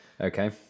Okay